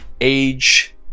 age